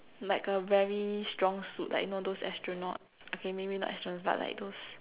like a very strong suit like you know those astronaut okay maybe not astronauts but like those